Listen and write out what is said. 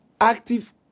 Active